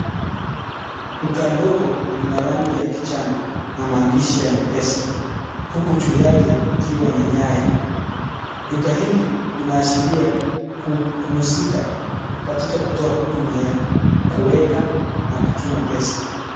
Duka ndogo lina rangi ya kijani na maandishi ya M-PESA uku juu yake ikiwa na nyaya. Duka hili linasharia kuhusika katika kutoa huduma ya kuweka na kutuma pesa.